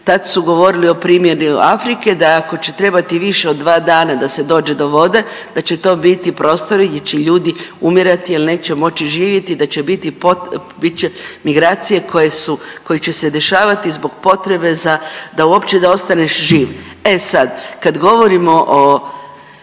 Tad su govorili o primjeni Afrike da ako će trebati više od dva da se dođe do vode da će to biti prostori gdje će ljudi umirati jel neće moći živjeti, da će biti migracije koje će se dešavati zbog potrebe za da uopće ostaneš živ. E sad kad govorimo o